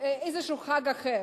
איזשהו חג אחר,